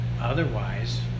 Otherwise